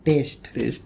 Taste